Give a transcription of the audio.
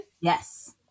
yes